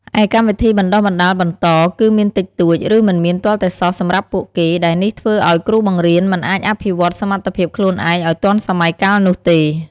ឯកម្មវិធីបណ្តុះបណ្តាលបន្ត គឺមានតិចតួច ឬមិនមានទាល់តែសោះសម្រាប់ពួកគេ ដែលនេះធ្វើឲ្យគ្រូបង្រៀនមិនអាចអភិវឌ្ឍសមត្ថភាពខ្លួនឯងឲ្យទាន់សម័យកាលនោះទេ។